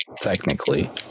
technically